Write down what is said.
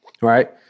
right